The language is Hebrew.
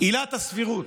עילת הסבירות,